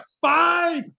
five